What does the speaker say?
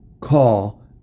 call